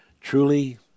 Truly